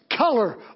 Color